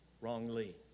wrongly